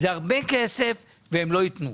זה הרבה כסף והם לא יתנו,